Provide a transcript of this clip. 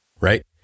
Right